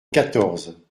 quatorze